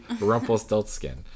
Rumpelstiltskin